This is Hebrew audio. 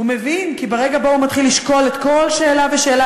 "הוא מבין כי ברגע שבו הוא מתחיל לשקול כל שאלה ושאלה